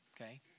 Okay